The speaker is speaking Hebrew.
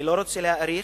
אני לא רוצה להאריך.